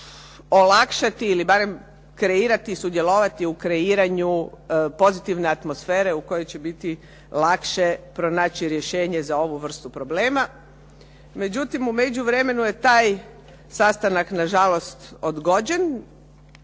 olakšati ili barem kreirati, sudjelovati u kreiranju pozitivne atmosfere u kojoj će biti lakše pronaći rješenje za ovu vrstu problema. Međutim, u međuvremenu je taj sastanak nažalost odgođen